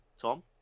Tom